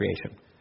creation